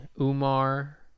Umar